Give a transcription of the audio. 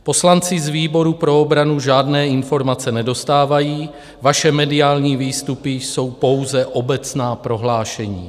Poslanci z výboru pro obranu žádné informace nedostávají, vaše mediální výstupy jsou pouze obecná prohlášení.